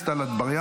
אדוני לא ידבר אליי